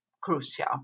crucial